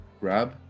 Grab